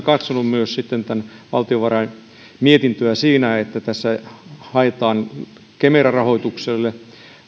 katsonut myös sitten valtiovarain mietintöä siinä että tässä haetaan kemera rahoitukselle